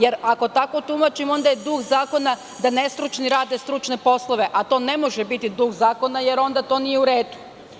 Jer, ako tako tumačimo, onda je duh zakona da nestručni rade stručne poslove, a to ne može biti duh zakona, jer onda to nije u redu.